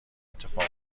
اتفاق